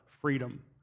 freedom